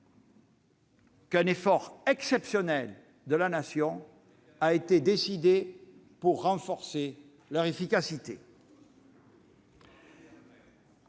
qu'un effort exceptionnel de la Nation a été décidé pour renforcer leur efficacité.